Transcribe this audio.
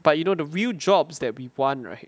but you know the real jobs that we want right